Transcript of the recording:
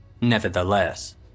Nevertheless